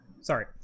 sorry